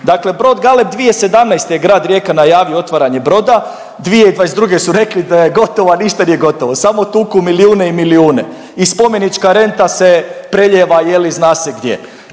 dakle brod Galeb 2017. je grad Rijeka najavio otvaranje broda. 2022. su rekli da je gotovo, a ništa nije gotovo samo tuku milijune i milijune i spomenička renta se prelijeva, je li, zna se gdje.